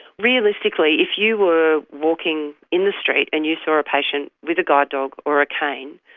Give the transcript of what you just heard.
realistically, if you were walking in the street and you saw a patient with a guide dog or a cane,